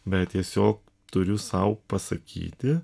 bet tiesiog turiu sau pasakyti